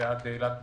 ועד אילת בדרום,